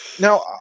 Now